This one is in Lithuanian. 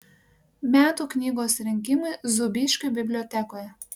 metų knygos rinkimai zūbiškių bibliotekoje